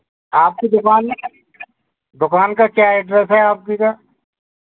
आपकी दुकान दुकान का क्या एड्रेस है आपकी का